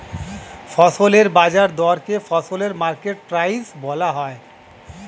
ফসলের বাজার দরকে ফসলের মার্কেট প্রাইস বলা হয়